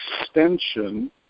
extension